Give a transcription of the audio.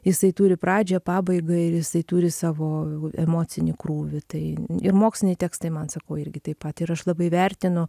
jisai turi pradžią pabaigą ir jisai turi savo emocinį krūvį tai ir moksliniai tekstai man sakau irgi taip pat ir aš labai vertinu